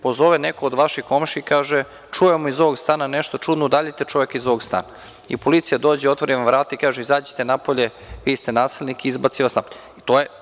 Pozove neko od vaših komšija i kaže – čujemo iz ovog stana nešto čudno, udaljite čoveka iz ovog stana, i policija dođe, otvori vam vrata i kaže – izađite napolje, vi ste nasilnik i izbaci vas napolje.